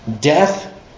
death